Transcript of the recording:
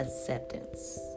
acceptance